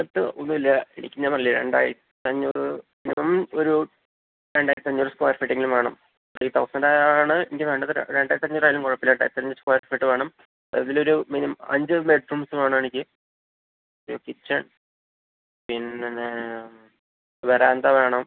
concept ഒന്നുമില്ല എനിക്ക് ഞാൻ പറഞ്ഞില്ലേ രണ്ടായിരത്തഞ്ഞൂറ് ഒരു രണ്ടായിരത്തഞ്ഞൂറ് സ്ക്വയർ ഫീറ്റെങ്കിലും വേണം ത്രീ തൗസൻഡാണ് എനിക്ക് വേണ്ടത് രണ്ടായിരത്തി അഞ്ഞൂറായാലും കുഴപ്പമില്ല രണ്ടായിരത്തഞ്ഞൂറ് സ്കൊയർ ഫീറ്റ് വേണം അതിലൊരു മിനിമ് അഞ്ച് ബെഡ്റൂംസ് വേണം എനിക്ക് ഒരു കിച്ചെൺ പിന്നെ വരാന്ത വേണം